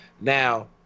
Now